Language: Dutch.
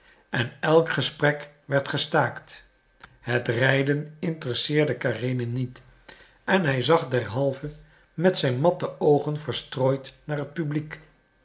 en elk gesprek werd gestaakt het rijden interesseerde karenin niet en hij zag derhalve met zijn matte oogen verstrooid naar het publiek